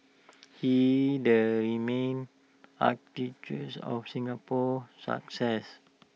he's the main architect of Singapore's success